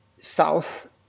south